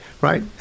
right